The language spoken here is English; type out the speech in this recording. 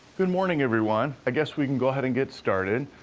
good morning, everyone. i guess we can go ahead and get started.